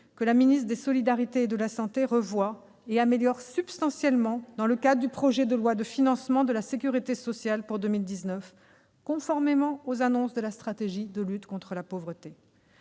que la ministre des solidarités et de la santé revoit et améliore substantiellement dans le cadre du projet de loi de financement de la sécurité sociale pour 2019, conformément aux annonces de la stratégie de lutte contre la pauvreté.